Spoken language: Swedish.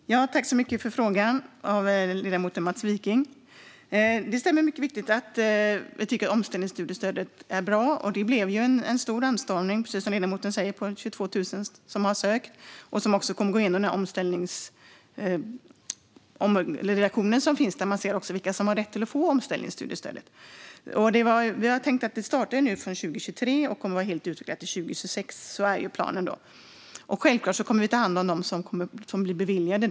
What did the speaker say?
Fru talman! Tack så mycket för frågan från ledamoten Mats Wiking! Det stämmer mycket riktigt att vi tycker att omställningsstudiestödet är bra. Det blev ju, precis som ledamoten säger, en stor anstormning. Det är 22 000 som har sökt och som också kommer att gå igenom omställningsorganisationer där man ser vilka som har rätt att få omställningsstudiestöd. Vi har tänkt att det startar nu från 2023 och kommer att vara helt utdelat till 2026; så är ju planen. Självklart kommer vi att ta hand om dem som blir beviljade.